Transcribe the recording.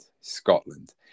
Scotland